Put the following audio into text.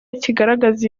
kigaragaza